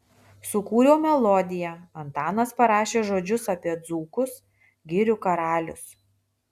sukūriau melodiją antanas parašė žodžius apie dzūkus girių karalius